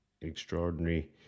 extraordinary